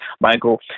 Michael